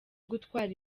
gutwara